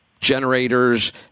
generators